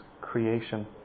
creation